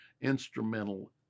instrumental